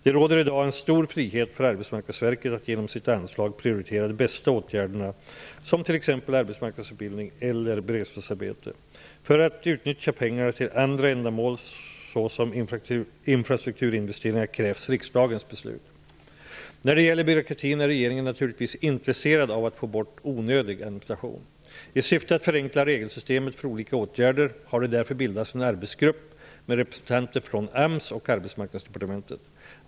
Det råder i dag en stor frihet för Arbetsmarknadsverket att inom sitt anslag prioritera de bästa åtgärderna såsom t.ex. För att utnyttja pengarna till andra ändamål såsom infrastrukturinvesteringar krävs riksdagens beslut. När det gäller byråkratin är regeringen naturligtvis intresserad av att få bort onödig administration. I syfte att förenkla regelsystemet för olika åtgärder har det därför bildats en arbetsgrupp med representanter från AMS och Arbetsmarknadsdepartementet.